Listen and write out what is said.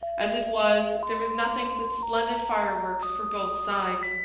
as it was there was nothing but splendid fireworks for both sides.